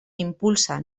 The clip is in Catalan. impulsa